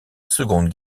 seconde